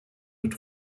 mit